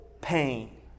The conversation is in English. pain